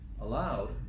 allowed